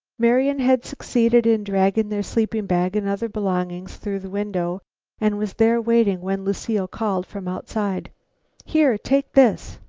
marian had succeeded in dragging their sleeping-bag and other belongings through the window and was there waiting when lucile called from outside here, take this!